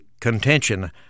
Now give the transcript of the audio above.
contention